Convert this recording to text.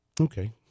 Okay